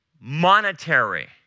monetary